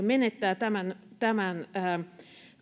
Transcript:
menettää tämän tämän